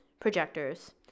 Projectors